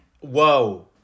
Whoa